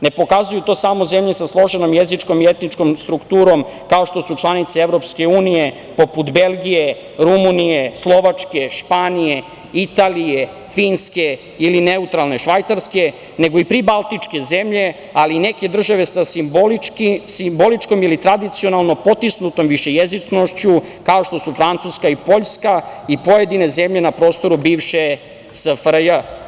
Ne pokazuju to samo zemlje sa složenom jezičkom i etičkom strukturom kao što su članice EU poput Belgije, Rumunije, Slovačke, Španije, Italije, Finske ili neutralne Švajcarske, nego i pribaltičke zemlje, ali i neke države sa simboličkom i tradicionalno potisnutom jezičnošću kao što su Francuska i Poljska i pojedine zemlje na prostoru bivše SFRJ.